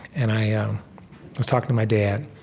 and i ah um was talking to my dad,